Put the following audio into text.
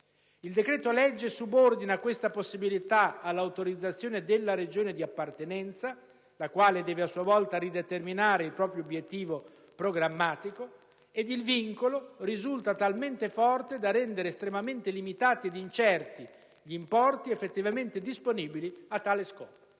Il decreto-legge subordina questa possibilità all'autorizzazione della Regione di appartenenza, la quale deve a sua volta rideterminare il proprio obiettivo programmatico ed il vincolo risulta talmente forte da rendere estremamente limitati ed incerti gli importi effettivamente disponibili a tale scopo.